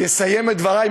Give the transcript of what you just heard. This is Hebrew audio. אני אסיים את דברי,